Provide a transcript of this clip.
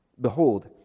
Behold